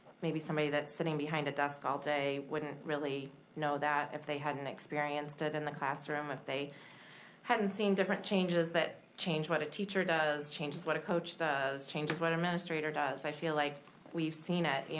maybe somebody that's sitting behind a desk all day wouldn't really know that if they hadn't experienced it in the classroom, if they hadn't seen different changes that change what a teacher does, changes what a coach does, changes what an administrator does. i feel like we've seen it. yeah